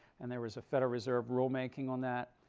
and there was a federal reserve rule making on that.